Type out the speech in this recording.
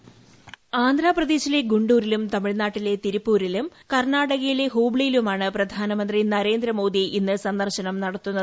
പ്പോയിസ് ആന്ധ്രാപ്രദേശിലെ ഗുണ്ടൂരിലും തമിഴ്നാട്ടിലെ തിരുപ്പൂരിലും കർണാടകയിലെ ഹുബ്ലിയിലുമാണ് പ്രധാനമന്ത്രി ഇന്ന് സന്ദർശനം നടത്തുന്നത്